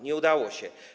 Nie udało się.